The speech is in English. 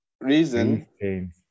Reason